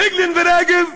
פייגלין ורגב,